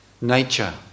nature